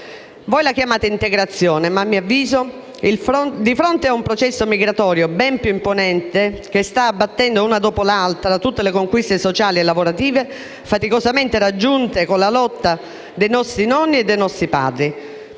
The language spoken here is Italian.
Voi la chiamate integrazione, ma a mio avviso siamo di fronte ad un processo migratorio ben più imponente che sta abbattendo, una dopo l'altra, tutte le conquiste sociali e lavorative faticosamente raggiunte con la lotta dei nostri nonni e dei nostri padri.